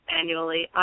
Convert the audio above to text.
annually